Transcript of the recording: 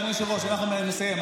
אדוני היושב-ראש, אני מסיים.